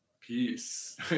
peace